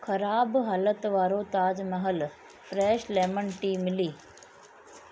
ख़राबु हालत वारो Taj Mahal fresh lemon tea मिली